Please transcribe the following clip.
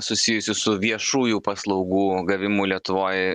susijusi su viešųjų paslaugų gavimu lietuvoj